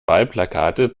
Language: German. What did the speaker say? wahlplakate